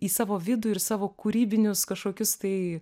į savo vidų ir savo kūrybinius kažkokius tai